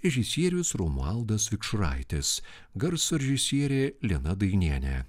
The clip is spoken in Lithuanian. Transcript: režisierius romualdas vikšraitis garso režisierė lina dainienė